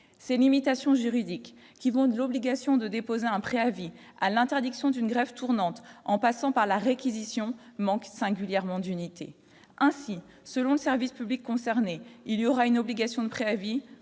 ces limitations juridiques qui vont de l'obligation de déposer un préavis à l'interdiction d'une grève tournante, en passant par la réquisition manque singulièrement d'unité ainsi, selon le service public concerné, il y aura une obligation de préavis